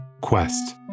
quest